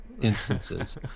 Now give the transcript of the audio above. instances